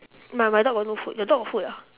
my my dog got no food your dog got food ah